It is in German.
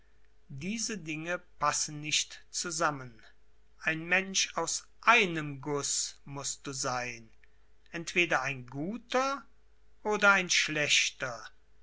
diese dinge passen nicht zusammen ein mensch aus einem guß mußt du sein entweder ein guter oder ein schlechter